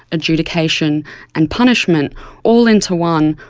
adjudication and punishment all into one,